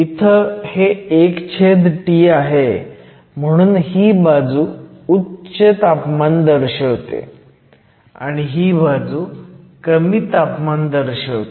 इथं हे 1T आहे म्हणून ही बाजू उच्च यापमान दर्शवते आणि ही बाजू कमी तापमान दर्शवते